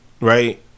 right